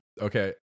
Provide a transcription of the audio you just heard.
Okay